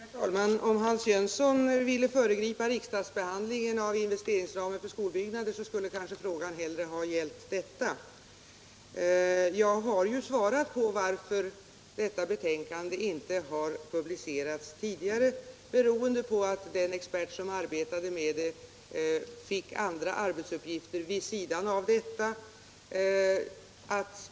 Herr talman! Om Hans Jönsson ville föregripa riksdagsbehandlingen av investeringsramen för skolbyggnader, skulle frågan kanske hellre ha gällt detta. Jag har ju svarat på varför det här betänkandet inte har publicerats tidigare. Det beror alltså på att den expert som arbetade med saken fick andra arbetsuppgifter vid sidan om.